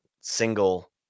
single